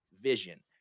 vision